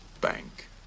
bank